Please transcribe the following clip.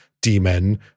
demon